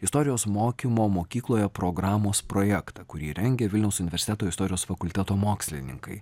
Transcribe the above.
istorijos mokymo mokykloje programos projektą kurį rengia vilniaus universiteto istorijos fakulteto mokslininkai